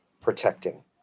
protecting